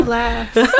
laugh